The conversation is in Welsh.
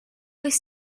oes